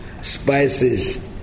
spices